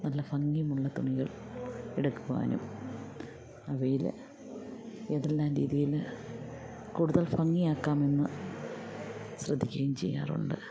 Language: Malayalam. നല്ല ഭംഗിയുമുള്ള തുണികൾ എടുക്കുവാനും അവയിൽ ഏതെല്ലാം രീതിയിൽ കൂടുതൽ ഭംഗിയാക്കാമെന്നു ശ്രദ്ധിക്കുകയും ചെയ്യാറുണ്ട്